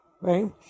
right